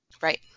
Right